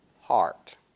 heart